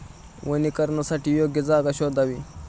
वनीकरणासाठी योग्य जागा शोधावी